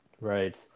right